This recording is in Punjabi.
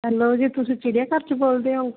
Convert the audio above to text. ਹੈਲੋ ਜੀ ਤੁਸੀਂ ਚਿੜੀਆ ਘਰ 'ਚ ਬੋਲਦੇ ਹੋ